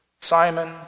Simon